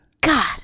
God